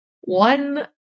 One